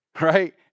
Right